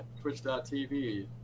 twitch.tv